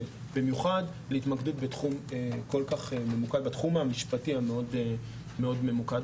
במיוחד בתחום המשפטי המאוד מאוד ממוקד.